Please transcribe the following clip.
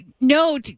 No